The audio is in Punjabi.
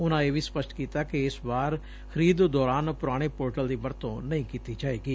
ਉਨਾਂ ਇਹ ਵੀ ਸਪੁਸ਼ਟ ਕੀਤਾ ਕਿ ਖਰੀਦ ਦੌਰਾਨ ਪੁਰਾਣੇ ਪੋਰਟਲ ਦੀ ਵਰਤੋ ਨਹੀ ਕੀਡੀ ਜਾਵੇਗੀ